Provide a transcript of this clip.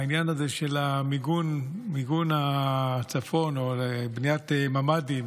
העניין הזה של מיגון הצפון או בניית ממ"דים